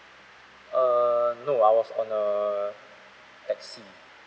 err no I was on a taxi